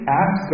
ask